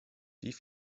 die